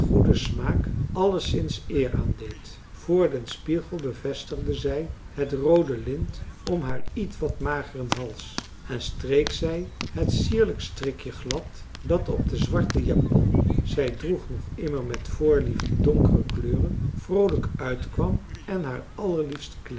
goeden smaak alleszins eer aandeed voor den spiegel bevestigde zij het roode lint om haar ietwat mageren hals en streek zij het sierlijke strikje glad marcellus emants een drietal novellen dat op de zwarte japon zij droeg nog immer met voorliefde donkere kleuren vroolijk uitkwam en haar allerliefst